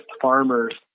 farmers